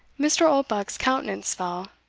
mr. oldbuck's countenance fell.